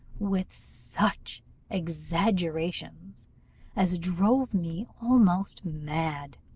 with such exaggerations as drove me almost mad.